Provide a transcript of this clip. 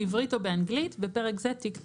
בעברית או באנגלית (בפרק זה תיק תמרוק):